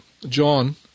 John